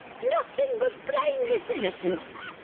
nothing but blameless innocence.